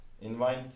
Invite